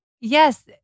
yes